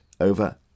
over